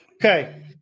Okay